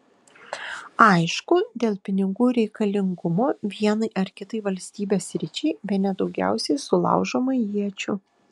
aišku dėl pinigų reikalingumo vienai ar kitai valstybės sričiai bene daugiausiai sulaužoma iečių